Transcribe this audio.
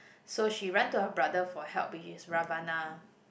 so she run to her brother for help which is Ravana